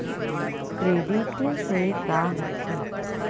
Credit से का होथे?